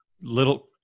little